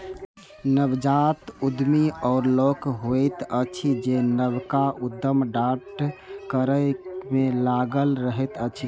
नवजात उद्यमी ओ लोक होइत अछि जे नवका उद्यम ठाढ़ करै मे लागल रहैत अछि